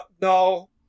no